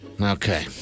Okay